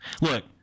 Look